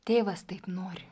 tėvas taip nori